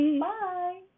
bye